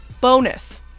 Bonus